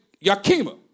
Yakima